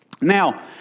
Now